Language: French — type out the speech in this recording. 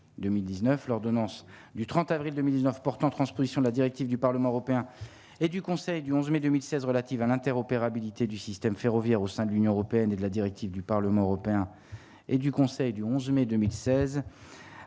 l'ordonnance du 30 avril 2009 portant transposition de la directive du Parlement européen et du Conseil du 11 mai 2016 relatives à l'interopérabilité du système ferroviaire au sein de l'Union européenne et de la directive du Parlement européen et du Conseil du 11 mai 2016